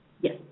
Yes